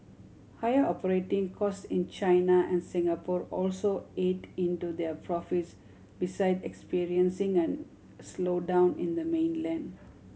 higher operating costs in China and Singapore also ate into their profits besides experiencing an slowdown in the mainland